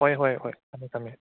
ꯍꯣꯏ ꯍꯣꯏ ꯍꯣꯏ ꯊꯝꯃꯦ ꯊꯝꯃꯦ